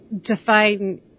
define